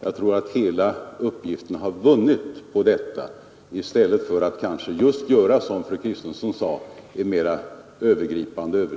Jag tror att hela uppgiften har vunnit på att man inriktar sig på detta, i stället för att kanske, som fru Kristensson sade, få fram en mera övergripande